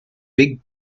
big